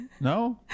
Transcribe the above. No